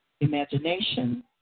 imagination